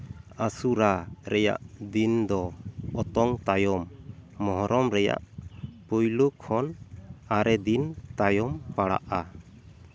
ᱟᱥᱩᱨᱟ ᱨᱮᱭᱟᱜ ᱫᱤᱱ ᱫᱚ ᱚᱛᱚᱝ ᱛᱟᱭᱚᱢ ᱢᱚᱦᱨᱚᱢ ᱨᱮᱭᱟᱜ ᱯᱳᱭᱞᱳ ᱠᱷᱚᱱ ᱟᱨᱮ ᱫᱤᱱ ᱛᱟᱭᱚᱢ ᱯᱟᱲᱟᱜᱼᱟ